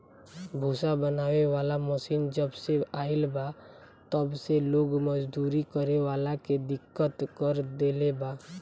भूसा बनावे वाला मशीन जबसे आईल बा तब से लोग मजदूरी करे वाला के दिक्कत कर देले बा